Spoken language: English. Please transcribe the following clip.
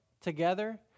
together